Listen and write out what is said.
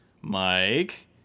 Mike